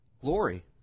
glory